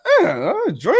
Drink